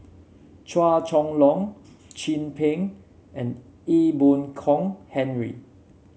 Chua Chong Long Chin Peng and Ee Boon Kong Henry